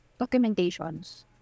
documentations